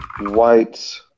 White